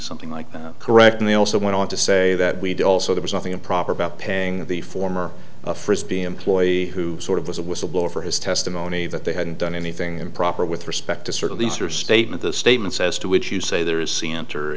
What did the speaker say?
something like correct and they also went on to say that we did also there was nothing improper about paying the former frisbie employee who sort of was a whistleblower for his testimony that they hadn't done anything improper with respect to sort of these are statement the statements as to which you say there is c